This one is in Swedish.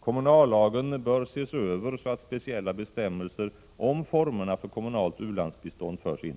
Kommunallagen bör ses över så att speciella bestämmelser om formerna för kommunalt ulandsbistånd förs in.